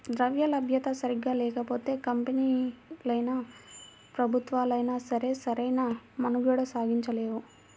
ద్రవ్యలభ్యత సరిగ్గా లేకపోతే కంపెనీలైనా, ప్రభుత్వాలైనా సరే సరైన మనుగడ సాగించలేవు